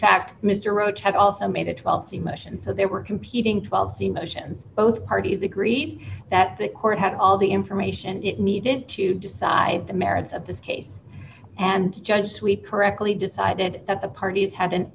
fact mr roach has also made a twelve day mission so there were competing twelve emotions both parties agreed that the court had all the information it needed to decide the merits of this case and judge sweet correctly decided that the parties had an